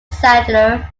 settler